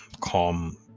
calm